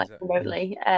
remotely